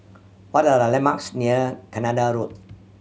what are the landmarks near Canada Road